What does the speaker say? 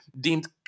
deemed